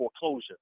foreclosure